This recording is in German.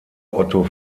otto